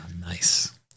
Nice